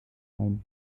ein